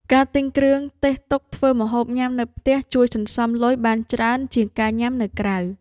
ការទិញគ្រឿងទេសទុកធ្វើម្ហូបញ៉ាំនៅផ្ទះជួយសន្សំលុយបានច្រើនជាងការញ៉ាំនៅក្រៅ។